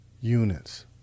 units